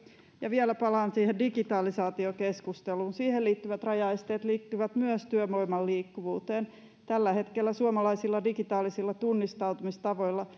kaivata vielä palaan digitalisaatiokeskusteluun siihen liittyvät rajaesteet liittyvät myös työvoiman liikkuvuuteen tällä hetkellä suomalaisilla digitaalisilla tunnistautumistavoilla